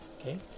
Okay